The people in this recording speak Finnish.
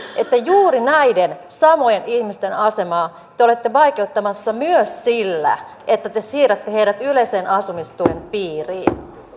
että juuri näiden samojen ihmisten asemaa te olette vaikeuttamassa myös sillä että te siirrätte heidät yleisen asumistuen piiriin